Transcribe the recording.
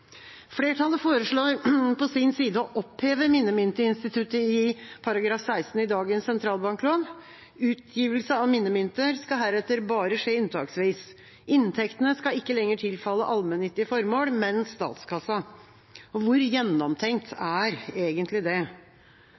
Flertallet foreslår på sin side å oppheve minnemyntinstituttet i § 16 i dagens sentralbanklov. Utgivelse av minnemynter skal heretter bare skje unntaksvis. Inntektene skal ikke lenger tilfalle allmennyttige formål, men statskassa. Hvor gjennomtenkt er egentlig det?